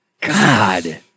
God